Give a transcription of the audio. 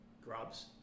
grubs